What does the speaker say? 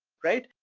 right?